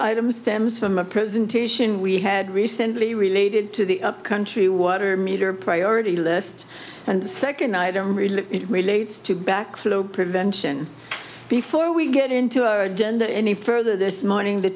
item stems from a presentation we had recently related to the upcountry water meter priority list and the second item really relates to backflow prevention before we get into our agenda any further this morning the